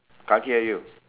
are you